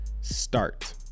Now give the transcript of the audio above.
Start